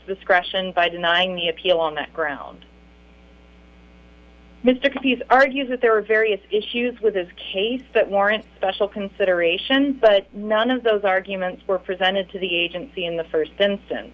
discretion by denying the appeal on the ground mr keyes argues that there were various issues with his case that warrant special consideration but none of those arguments were presented to the agency in the first instance